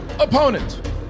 opponent